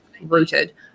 rooted